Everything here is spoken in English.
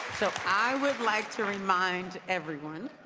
so i would like to remind everyone,